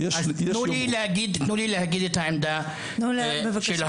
אז תנו לי להגיד את העמדה שלהם.